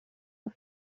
auf